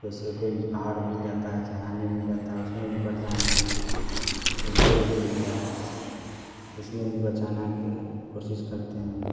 जैसे कोई पहाड़ मिल जाता है चराहनी मिल जाता है उसमें भी परेशानी है कोई पेड़ गिर गया उसमें भी बचाना के कोशिश करते हम लोग